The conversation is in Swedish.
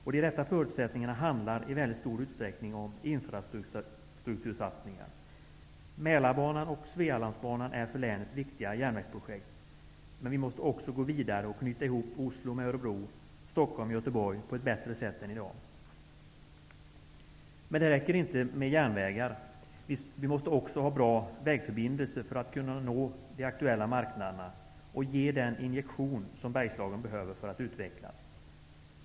Och de rätta förutsättningarna handlar i väldigt stor utsträckning om infrastruktursatsningar. Mälarbanan och Svealandsbanan är för länet viktiga järnvägsprojekt. Men vi måste också gå vidare och knyta ihop Örebro med Oslo, Stockholm och Göteborg på ett bättre sätt än i dag. Men det räcker inte med järnvägar. Vi måste också ha bra vägförbindelser för att kunna nå de aktuella marknaderna och ge den injektion som Bergslagen behöver för att utvecklas.